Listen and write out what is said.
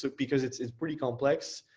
so because it's it's pretty complex.